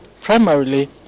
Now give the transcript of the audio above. primarily